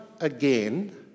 again